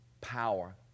power